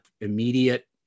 immediate